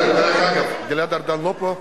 דרך אגב, גלעד ארדן לא פה.